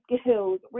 skills